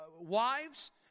wives